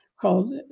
called